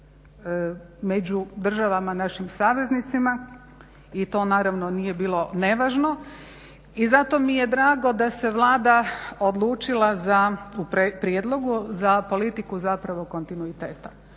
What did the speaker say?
među državama našim saveznicima i to naravno nije bilo nevažno. I zato mi je drago da se Vlada odlučila za, u prijedlogu za politiku zapravo kontinuiteta.